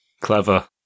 Clever